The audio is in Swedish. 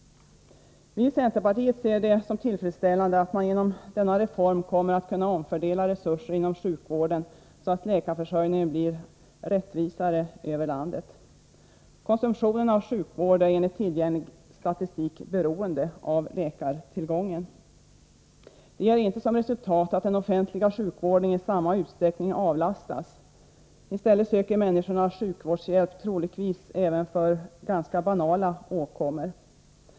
Vi i centerpartiet ser det som tillfredsställande att man genom denna reform kommer att kunna omfördela resurser inom sjukvården, så att läkarförsörjningen blir rättvisare över landet. Konsumtionen av sjukvård är enligt tillgänglig statistik beroende av läkartillgången. Det ger inte som resultat att den offentliga sjukvården i samma utsträckning avlastas — i stället söker människor troligtvis sjukvårdshjälp även för ganska banala åkommor.